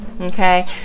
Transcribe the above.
Okay